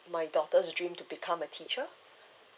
my daughter's dream to become a teacher